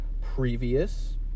previous